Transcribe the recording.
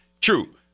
True